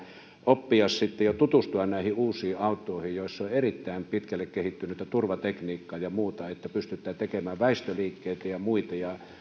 oppia sitten ja tutustua uusiin autoihin joissa on erittäin pitkälle kehittynyttä turvatekniikkaa ja muuta niin että pystytään tekemään väistöliikkeitä ja muita ja